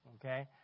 okay